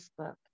Facebook